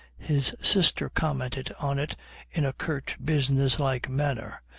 his sister commented on it in a curt, businesslike manner,